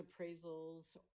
appraisals